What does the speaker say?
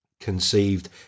Conceived